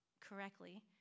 correctly